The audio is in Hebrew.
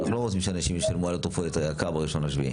אנחנו לא רוצים שאנשים ישלמו יותר ביוקר על התרופות ב-1 ביולי.